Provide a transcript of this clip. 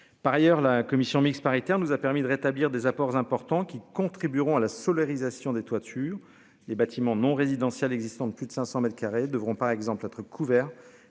Par ailleurs, la commission mixte paritaire, nous a permis de rétablir des apports importants qui contribueront à la solarisation des toitures des bâtiments non résidentiels existants de plus de 500 m2 devront par exemple être couvert